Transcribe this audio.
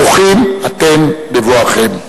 ברוכים אתם בבואכם.